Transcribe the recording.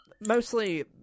Mostly